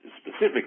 specifically